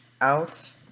out